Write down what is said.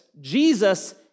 Jesus